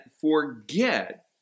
forget